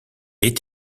est